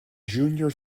junior